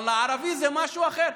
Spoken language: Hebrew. אבל ערבי זה משהו אחר.